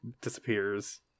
disappears